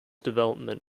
development